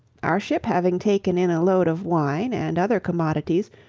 our ship having taken in a load of wine, and other commodities,